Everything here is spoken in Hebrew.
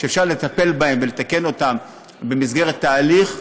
שאפשר לטפל בהן ולתקן אותן במסגרת תהליך,